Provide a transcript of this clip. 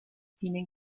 tienen